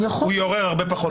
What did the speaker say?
הוא יעורר הרבה פחות נטל.